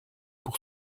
pour